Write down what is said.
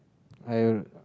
I